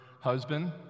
Husband